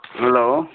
hello